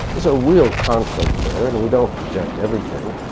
there's a real conflict there and we don't project everything,